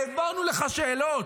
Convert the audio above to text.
העברנו לך שאלות.